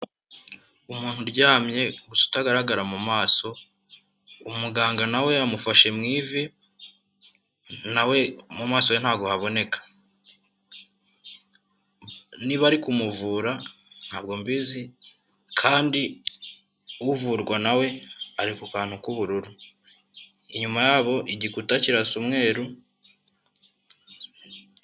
umuntu uryamye gusa utagaragara mu maso umuganga nawe mu iviso ha kumuvura mbizi uvurwa nawe ari ku kantu k'ubururu inyuma yabo igi kirasa umweru